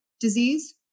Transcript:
disease